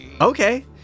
okay